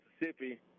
Mississippi